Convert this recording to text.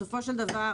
בסופו של דבר,